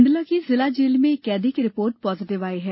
मंडला की जिला जेल में एक कैदी की रिपोर्ट पॉजिटिव आई है